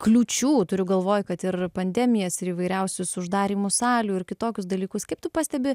kliūčių turiu galvoj kad ir pandemijas ir įvairiausius uždarymus salių ir kitokius dalykus kaip tu pastebi